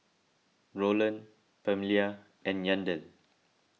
Rowland Pamelia and Yandel